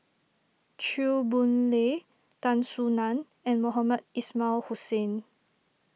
Chew Boon Lay Tan Soo Nan and Mohamed Ismail Hussain